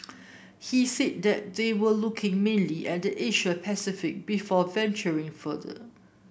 he said that they were looking mainly at the Asia Pacific before venturing further